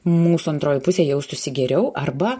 mūsų antroji pusė jaustųsi geriau arba